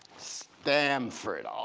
stanford, um